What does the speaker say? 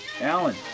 Alan